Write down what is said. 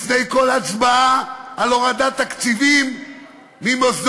לפני כל הצבעה על הורדת תקציבים למוסדות